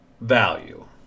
value